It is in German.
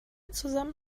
zusammen